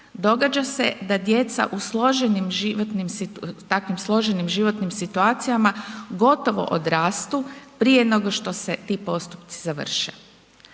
životnim, takvim složenim životnim situacijama gotovo odrastu prije nego što se ti postupci završe.